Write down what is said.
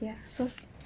ya so